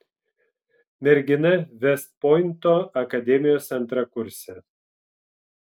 mergina vest pointo akademijos antrakursė